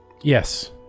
Yes